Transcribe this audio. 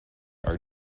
are